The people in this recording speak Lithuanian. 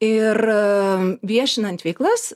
ir viešinant veiklas